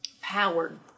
powered